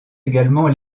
également